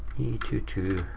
two two